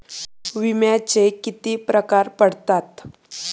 विम्याचे किती प्रकार पडतात?